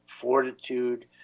fortitude